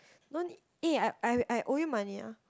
don't eh I I I owe you money ah